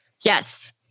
Yes